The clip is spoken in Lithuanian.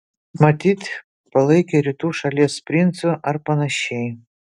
matyt palaikė rytų šalies princu ar panašiai